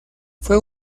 fue